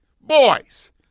Boys